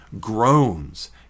groans